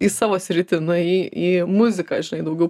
į savo sritį nuėjai į muziką žinai daugiau